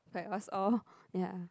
what's all ya